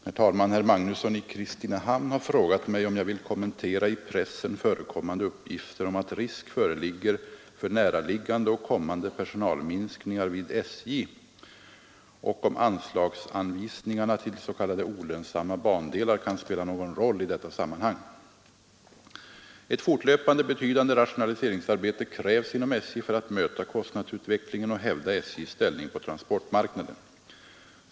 Herr talman! Herr Magnusson i Kristinehamn har frågat mig om jag vill kommentera i pressen förekommande uppgifter om att risk föreligger för näraliggande och kommande personalminskningar vid SJ och om anslagsanvisningarna till s.k. olönsamma bandelar kan spela någon roll i detta sammanhang. Ett fortlöpande betydande rationaliseringsarbete krävs inom SJ för att möta kostnadsutvecklingen och hävda SJ:s ställning på transportmarknaden.